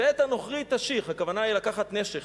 ואת הנוכרי תשיך, הכוונה היא לקחת נשך,